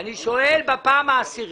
שואל בפעם העשירית.